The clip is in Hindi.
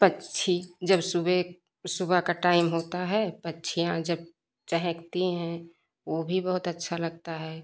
पक्षी जब सुबह सुबह का टाइम होता है पक्षियाँ जब चहकती हैं वह भी बहुत अच्छा लगता है